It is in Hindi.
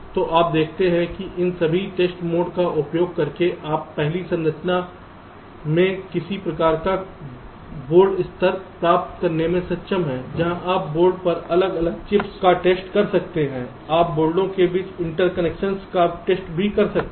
तो आप देखते हैं कि इन सभी टेस्ट मोड का उपयोग करके आप पहली संरचना में किसी प्रकार का बोर्ड स्तर प्राप्त करने में सक्षम हैं जहाँ आप बोर्ड पर अलग अलग चिप्स का टेस्ट कर सकते हैं आप बोर्डों के बीच इंटरकनेक्शन्स का टेस्ट भी कर सकते हैं